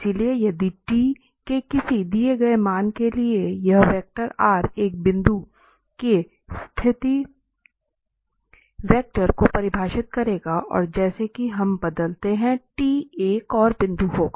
इसलिए यदि t के किसी दिए गए मान के लिए यह वेक्टर एक बिंदु के स्थिति वेक्टर को परिभाषित करेगा और जैसा कि हम बदलते हैं t एक और बिंदु होगा